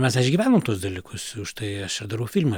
mes išgyvenom tuos dalykus užtai aš ir darau filmą